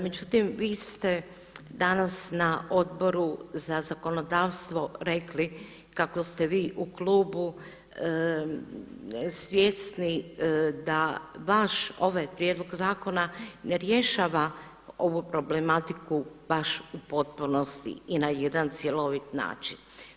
Međutim, vi ste danas na Odboru za zakonodavstvo rekli kako ste vi u klubu svjesni da baš ovaj prijedlog zakona ne rješava ovu problematiku baš u potpunosti i na jedan cjelovit način.